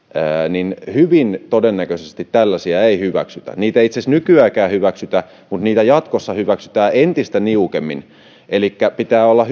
niin hyvin todennäköisesti tällaisia ei hyväksytä niitä ei itse asiassa nykyäänkään hyväksytä mutta niitä jatkossa hyväksytään entistä niukemmin elikkä pitää olla